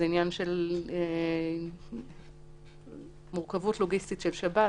זה עניין של מורכבות לוגיסטית של שב"ס.